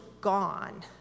gone